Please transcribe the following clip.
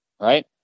right